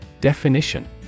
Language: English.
Definition